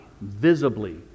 visibly